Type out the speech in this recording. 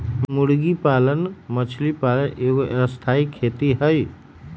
मुर्गी पालन मछरी पालन एगो स्थाई खेती हई